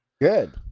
Good